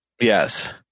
Yes